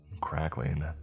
Crackling